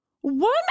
one